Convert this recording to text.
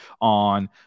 on